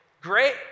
Great